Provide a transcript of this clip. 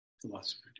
Philosopher